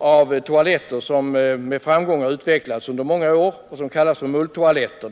av toaletter som med framgång utvecklats under många år. Dessa toaletter kallas mulltoaletter.